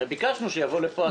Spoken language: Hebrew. הרי ביקשנו שיבוא לפה השר.